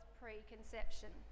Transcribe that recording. preconception